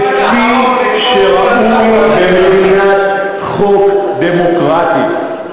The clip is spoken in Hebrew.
כפי שראוי במדינת חוק דמוקרטית.